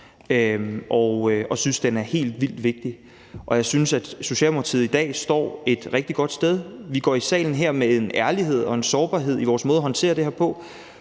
og synes, den er helt vildt vigtig. Og jeg synes, at Socialdemokratiet i dag står et rigtig godt sted. Vi går i salen her med en ærlighed og en sårbarhed i vores måde at håndtere det her på,